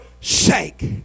sake